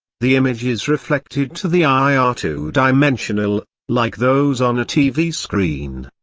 the images reflected to the eye are two-dimensional, like those on a tv screen.